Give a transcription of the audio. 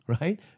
right